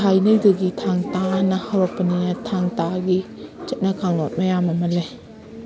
ꯊꯥꯏꯅꯩꯗꯨꯒꯤ ꯊꯥꯡ ꯇꯥꯅ ꯍꯧꯔꯛꯄꯅꯤꯅ ꯊꯥꯡ ꯇꯥꯒꯤ ꯆꯠꯅ ꯀꯥꯡꯂꯣꯟ ꯃꯌꯥꯝ ꯑꯃ ꯂꯩ